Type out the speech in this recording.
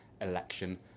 election